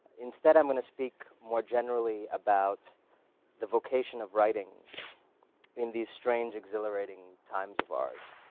instead, i'm gonna speak more generally about the vocation of writing in these strange, exhilarating times of ours.